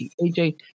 AJ